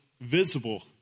visible